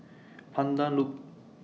Pandan Loop